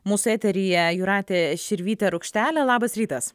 mūsų eteryje jūratė širvytė rukštelė labas rytas